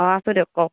অঁ আছে দিয়ক কওঁক